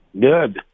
Good